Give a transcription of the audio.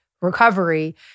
recovery